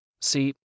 See